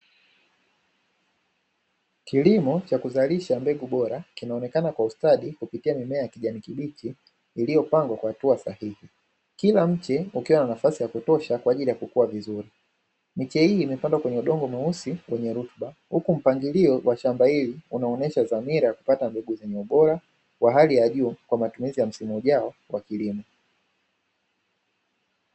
Kilimo cha kuzalisha mbegu bora kinaonekana kwa ustadi kupitia mimea ya kijani kibichi iliyopangwa kwa hatua sahihi. Kila mche ukiwa na nafasi ya kutosha kwa ajili ya kukua vizuri. Miche hii imepandwa kwenye udongo mweusi wenye rutuba, huku mpangilio wa shamba hili unaonesha dhamira ya kupata mbegu zenye ubora wa hali ya juu kwa matumizi ya msimu ujao wa kilimo.